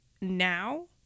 now